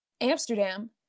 Amsterdam